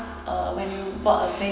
uh when you board a plane